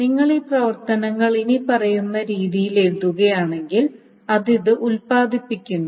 നിങ്ങൾ ഈ പ്രവർത്തനങ്ങൾ ഇനിപ്പറയുന്ന രീതിയിൽ എഴുതുകയാണെങ്കിൽ അത് ഇത് ഉത്പാദിപ്പിക്കുന്നു